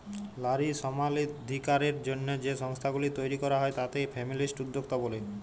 লারী সমালাধিকারের জ্যনহে যে সংস্থাগুলি তৈরি ক্যরা হ্যয় তাতে ফেমিলিস্ট উদ্যক্তা ব্যলে